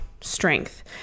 strength